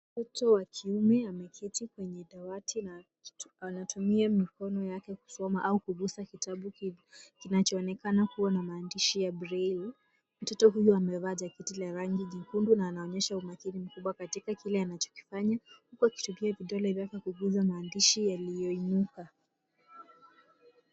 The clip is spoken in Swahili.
Mtoto wa kiume ameketi kwenye dawati na anatu anatumia mikono yake kusoma au kugusa kitabu kinachoonekana kuwa na maandishi ya Braille . Mtoto huyo amevaa jaketi la rangi nyekundu na anaonyesha umakini mkubwa katika kile anachokifanya, huku akitumia vidole vyake kugusa maandishi yaliyoinuka.